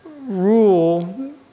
rule